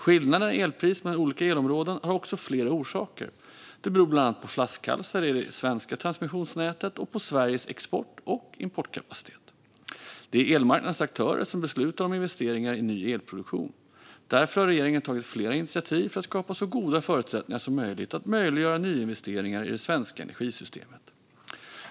Skillnaderna i elpris mellan olika elområden har också flera orsaker. De beror bland annat på flaskhalsar i det svenska transmissionsnätet och på Sveriges export och importkapacitet. Det är elmarknadens aktörer som beslutar om investeringar i ny elproduktion. Därför har regeringen tagit flera initiativ för att skapa så goda förutsättningar som möjligt att möjliggöra nyinvesteringar i det svenska energisystemet.